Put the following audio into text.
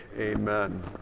Amen